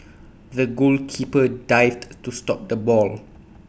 the goalkeeper dived to stop the ball